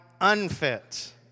unfit